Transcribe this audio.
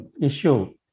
issue